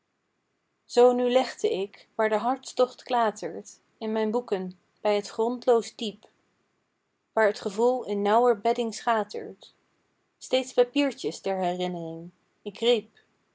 zoo nu legde ik waar de hartstocht klatert in mijn boeken bij het grondloos diep waar t gevoel in nauwer bedding schatert steeds papiertjes ter herinnering k riep